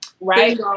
right